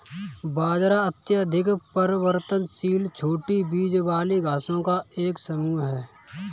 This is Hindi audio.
बाजरा अत्यधिक परिवर्तनशील छोटी बीज वाली घासों का एक समूह है